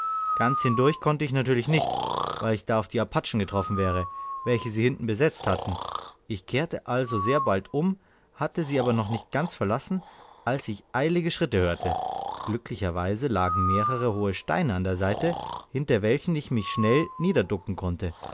ganz hindurch konnte ich natürlich nicht weil ich da auf die apachen getroffen wäre welche sie hinten besetzt hatten ich kehrte also sehr bald um hatte sie aber noch nicht ganz verlassen als ich eilige schritte hörte glücklicherweise lagen mehrere hohe steine an der seite hinter welche ich mich schnell niederducken konnte